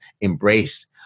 embrace